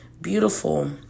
beautiful